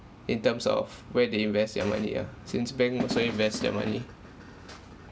in terms of where they invest your money ah since bank also invest your money